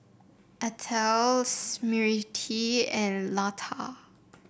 Atal Smriti and Lata